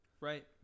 Right